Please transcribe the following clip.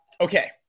okay